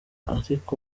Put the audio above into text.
ariko